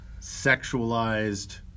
sexualized